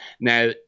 Now